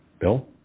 Bill